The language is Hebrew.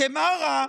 כי מה רע?